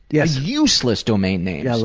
yeah so useless domain names.